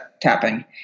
tapping